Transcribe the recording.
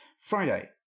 Friday